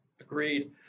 Agreed